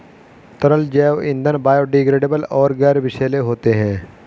तरल जैव ईंधन बायोडिग्रेडेबल और गैर विषैले होते हैं